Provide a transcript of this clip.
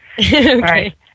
Okay